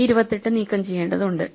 ഈ 28 നീക്കം ചെയ്യേണ്ടതുണ്ട്